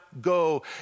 go